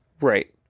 Right